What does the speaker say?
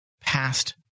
past